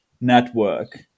network